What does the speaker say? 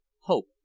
hope